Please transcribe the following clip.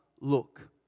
Look